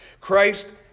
Christ